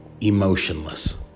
emotionless